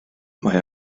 mae